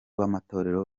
b’amatorero